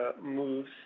moves